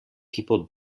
people